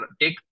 take